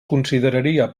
consideraria